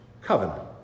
Covenant